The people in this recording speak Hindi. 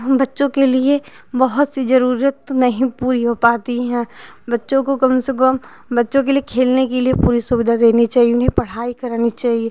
हम बच्चों के लिए बहुत सी जरूरत नहीं पूरी हो पाती हैं बच्चों को कम से कम बच्चों के लिए खेलने के लिए पूरी सुविधा देनी चाहिए उन्हें पढ़ाई करानी चाहिए